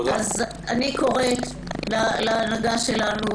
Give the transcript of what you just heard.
אני קוראת להנהגה שלנו,